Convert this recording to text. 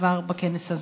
כבר בכנס הזה.